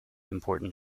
important